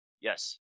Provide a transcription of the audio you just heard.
Yes